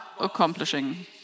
accomplishing